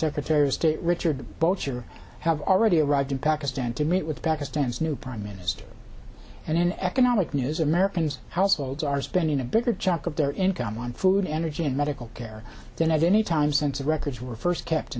secretary of state richard boucher have already arrived in pakistan to meet with pakistan's new prime minister and in economic news americans households are spending a bigger chunk of their income on food energy and medical care than i do any time since records were first kept